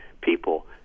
people